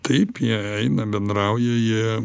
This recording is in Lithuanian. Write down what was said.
taip jie eina bendrauja jie